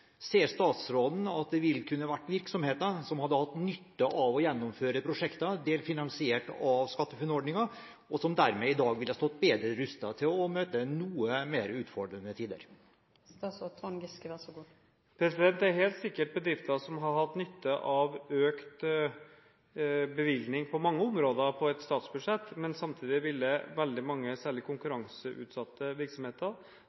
Ser statsråden at det er virksomheter som kunne hatt nytte av å gjennomføre prosjekter delfinansiert av SkatteFUNN-ordningen, og som dermed i dag ville stått betre rustet til å møte noe mer utfordrende tider? Det er helt sikkert bedrifter som ville hatt nytte av økte bevilgninger på mange områder på et statsbudsjett. Men samtidig ville veldig mange særlig